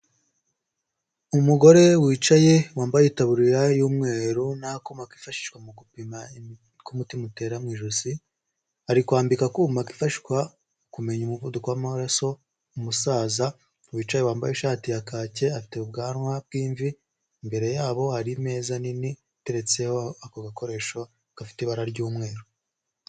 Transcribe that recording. Umugore wicaye wambaye itaburiya y'umweru n'akuma kifashishwa mu gupima uko umutima utera mu ijosi, ari kwambika akuma kifashwa kumenya umuvuduko w'amaraso umusaza wicaye wambaye ishati ya kake, afite ubwanwa bw'imvi, imbere yabo hari imeza nini iteretseho ako gakoresho gafite ibara ry'umweru.